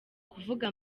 kuvuga